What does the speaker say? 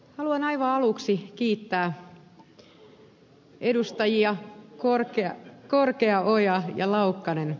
haluan aivan aluksi kiittää edustajia korkeaoja ja laukkanen